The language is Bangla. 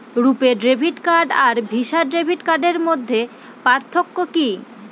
রূপে ডেবিট কার্ড আর ভিসা ডেবিট কার্ডের মধ্যে পার্থক্য কি?